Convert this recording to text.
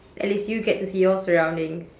at least you get to see your surroundings